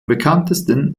bekanntesten